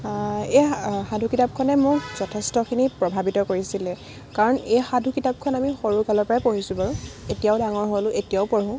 এই সাধু কিতাপখনে মোক যথেষ্টখিনি প্ৰভাৱিত কৰিছিলে কাৰণ এই সাধু কিতাপখন আমি সৰু কালৰে পৰাই পঢ়িছোঁ বাৰু এতিয়াও ডাঙৰ হ'লো এতিয়াও পঢ়োঁ